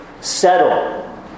settle